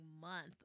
month